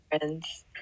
friends